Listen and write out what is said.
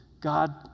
God